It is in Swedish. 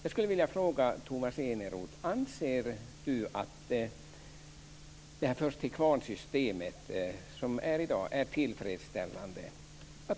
Anser Tomas Eneroth att först-till-kvarn-systemet i dag är tillfredsställande?